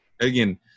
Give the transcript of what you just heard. Again